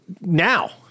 now